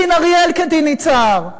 דין אריאל כדין יצהר.